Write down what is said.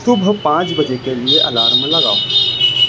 صبح پانچ بجے کے لیے الارم لگاؤ